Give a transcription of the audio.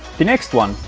the next one,